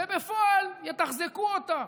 ובפועל יתחזקו אותה.